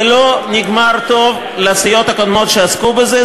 זה לא נגמר טוב לסיעות הקודמות שעסקו בזה,